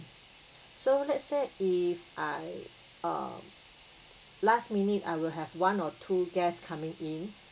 so let's say if I uh last minute I will have one or two guests coming in